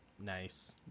Nice